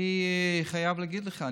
אני חייב להגיד לך,